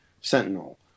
sentinel